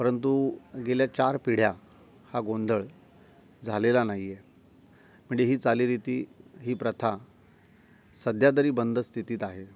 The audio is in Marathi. परंतु गेल्या चार पिढ्या हा गोंधळ झालेला नाही आहे म्हणजे ही चालीरीती ही प्रथा सध्या तरी बंद स्थितीत आहे